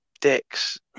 Dicks